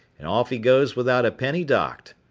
and off he goes without a penny docked.